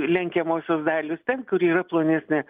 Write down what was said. lenkiamosios dalys ten kur yra plonesnė